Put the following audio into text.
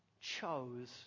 chose